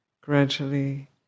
gradually